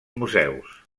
museus